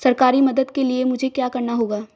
सरकारी मदद के लिए मुझे क्या करना होगा?